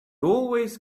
always